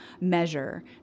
measure